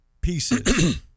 pieces